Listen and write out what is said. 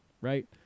Right